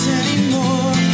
anymore